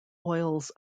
oils